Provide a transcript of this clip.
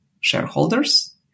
shareholders